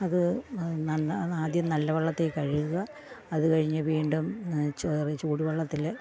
അതു നല്ല ആദ്യം നല്ല വെള്ളത്തിൽ കഴുകുക അതു കഴിഞ്ഞ് വീണ്ടും ചെറിയ ചൂടു വെള്ളത്തിൽ